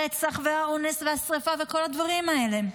הרצח והאונס והשריפה וכל הדברים האלה.